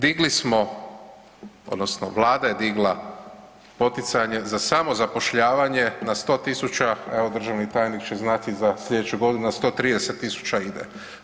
Digli smo odnosno Vlada je digla poticanje za samozapošljavanje na 100.000 evo državni tajnik će znati za slijedeću godinu na 130 000 ide.